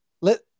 let